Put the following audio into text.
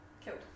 killed